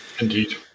Indeed